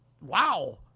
wow